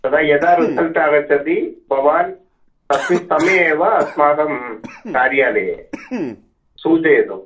तदा यदा रिसल्ट् आगच्छति भवान् तस्मिन् समये एव अस्माकं कार्यालये सूचयतु